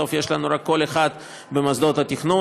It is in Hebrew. בסוף יש לנו רק קול אחד במוסדות התכנון,